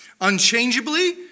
Unchangeably